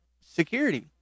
Security